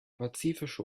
pazifische